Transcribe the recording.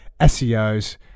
SEOs